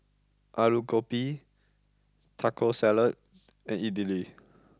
Alu Gobi Taco Salad and Idili